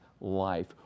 life